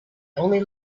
only